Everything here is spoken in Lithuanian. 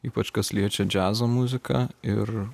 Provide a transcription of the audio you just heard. ypač kas liečia džiazo muziką ir